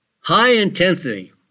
high-intensity